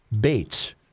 Bates